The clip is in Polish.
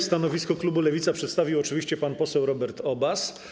Stanowisko klubu Lewica przedstawił oczywiście pan poseł Robert Obaz.